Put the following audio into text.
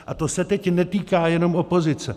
A to se teď netýká jenom opozice.